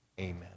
Amen